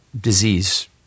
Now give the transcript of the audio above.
disease